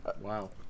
Wow